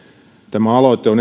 tämä aloite on